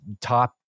top